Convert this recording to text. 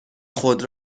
خود